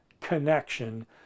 connection